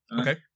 okay